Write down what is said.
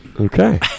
Okay